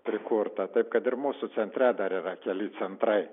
prikurta taip kad ir mūsų centre dar yra keli centrai